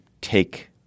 take